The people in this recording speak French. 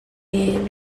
est